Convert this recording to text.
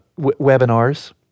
webinars